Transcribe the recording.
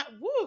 Woo